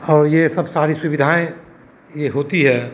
और ये सब सारी सुविधाएँ ये होती है